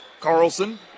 Carlson